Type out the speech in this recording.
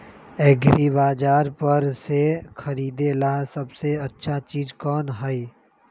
एग्रिबाजार पर से खरीदे ला सबसे अच्छा चीज कोन हई?